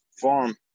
farm